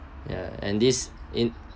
ya and this in